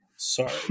Sorry